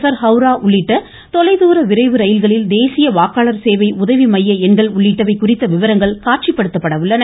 per Howrah உள்ளிட்ட தொலைதூர விரைவு ரயில்களில் தேசிய வாக்காளர் சேவை உதவி மைய எண்கள் உள்ளிட்டவை குறித்த விவரங்கள் காட்சிப்படுத்தப்பட உள்ளன